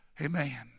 Amen